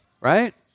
right